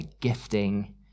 gifting